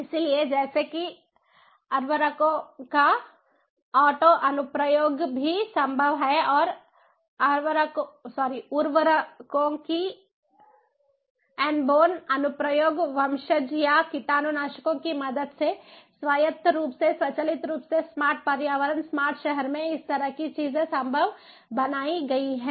इसलिए जैसे कि उर्वरकों का ऑटो अनुप्रयोग भी संभव है और उर्वरकों की एर्बोर्न अनुप्रयोग वंशज या कीटनाशकों की मदद से स्वायत्त रूप से स्वचालित रूप से स्मार्ट पर्यावरण स्मार्ट शहर में इस तरह की चीज संभव बनाई गई है